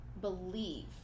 believe